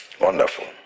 Wonderful